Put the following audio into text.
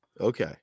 Okay